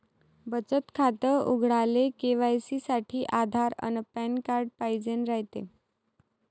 बचत खातं उघडाले के.वाय.सी साठी आधार अन पॅन कार्ड पाइजेन रायते